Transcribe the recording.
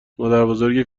مادربزرگ